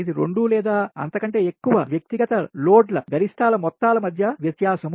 ఇది 2 లేదా అంతకంటే ఎక్కువ వ్యక్తిగత లోడ్ల గరిష్ష్టాల మొత్తాల మధ్య వ్యత్యాసం